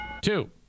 two